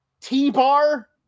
T-Bar